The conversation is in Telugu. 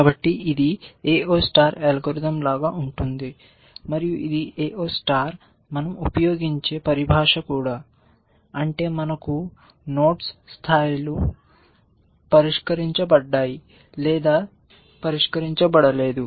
కాబట్టి ఇది AO స్టార్ అల్గోరిథం లాగా ఉంటుంది మరియు ఇది AO స్టార్లో మనం ఉపయోగించే పరిభాష కూడా అంటే మనకు నోడ్స్ స్థాయిలు పరిష్కరించబడ్డాయి లేదా స్థాయి పరిష్కరించబడలేదు